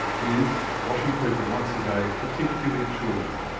is washing people once a day, particularly children.